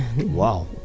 Wow